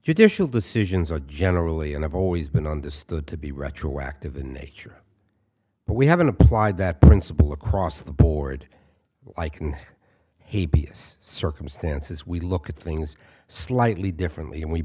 judicial decisions are generally and i've always been understood to be retroactive in nature but we haven't applied that principle across the board i can hate circumstances we look at things slightly differently and we